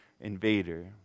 invader